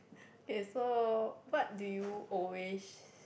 okay so what do you always